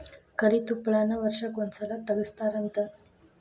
ಕುರಿ ತುಪ್ಪಳಾನ ವರ್ಷಕ್ಕ ಒಂದ ಸಲಾ ತಗಸತಾರಂತ